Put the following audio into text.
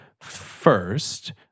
first